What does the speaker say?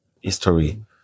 history